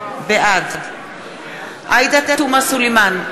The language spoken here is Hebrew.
בעד עאידה תומא סלימאן,